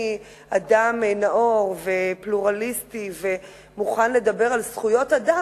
אדם נאור ופלורליסטי ומוכן לדבר על זכויות אדם.